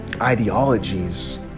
ideologies